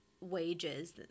wages